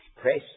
press